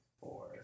Four